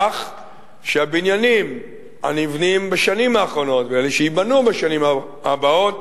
כך שהבניינים הנבנים בשנים האחרונות ואלה שייבנו בשנים הבאות